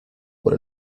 por